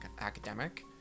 academic